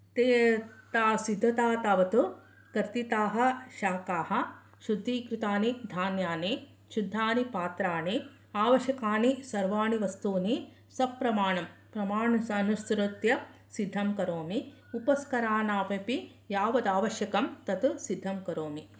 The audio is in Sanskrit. ते ता सिद्धता तावत् कर्तिताः शाकाः शुद्धीकृतानि धान्यानि शुद्धानि पात्राणि आवश्याकानि सर्वाणि वस्तूनि सप्रमाणं प्रमाणमनुसृत्य सिद्धं करोमि उपस्करानपि यावद् आवश्यकं तद् सिद्धं करोमि